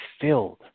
filled